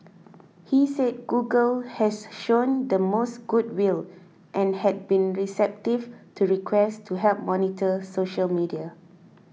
he said Google has shown the most good will and had been receptive to requests to help monitor social media